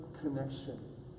connection